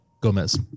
Gomez